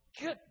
Good